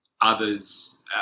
others